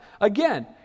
Again